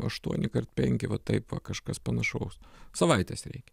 aštuoni kart penki va taip va kažkas panašaus savaitės reikia